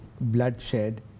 bloodshed